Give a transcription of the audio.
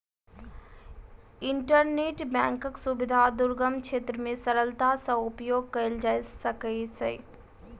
internet बैंकक सुविधा दुर्गम क्षेत्र मे सरलता सॅ उपयोग कयल जा सकै छै